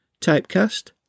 Typecast